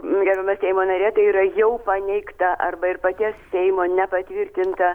gerbiama seimo narė tai yra jau paneigta arba ir paties seimo nepatvirtintą